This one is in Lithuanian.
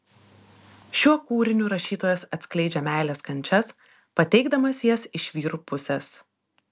šiuo kūriniu rašytojas atskleidžia meilės kančias pateikdamas jas iš vyrų pusės